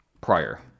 prior